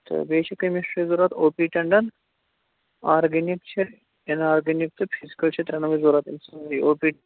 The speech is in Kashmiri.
تہٕ بیٚیہِ چھِ کٔمِسٹرٛی ضروٗرت او پی ٹٮ۪نٛڈَن آرگینِک چھِ اِن آرگینِک تہٕ فِزیکل چھِ ترٛیٚنوَے ضروٗرت او پی